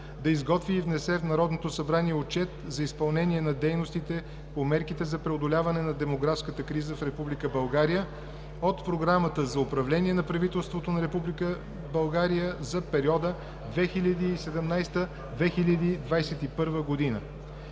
да изготви и внесе в Народното събрание Отчет за изпълнение на дейностите по мерките за преодоляване на демографската криза в Република България от Програмата за управление на правителството на Република България за периода 2017 – 2021 г.